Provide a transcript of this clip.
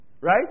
Right